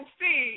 see